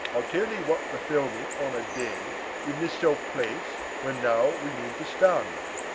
ile tell thee what befell me on a day, in this selfe-place, where now we meane to stand